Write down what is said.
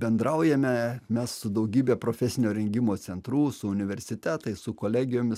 bendraujame mes su daugybe profesinio rengimo centrų su universitetais su kolegijomis